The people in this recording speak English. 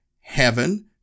heaven